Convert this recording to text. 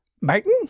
Martin